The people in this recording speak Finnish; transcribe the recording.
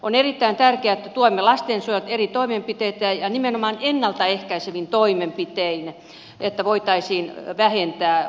on erittäin tärkeää että tuemme lastensuojelun eri toimenpiteitä nimenomaan ennalta ehkäisevin toimenpitein että voitaisiin vähentää huostaanottoja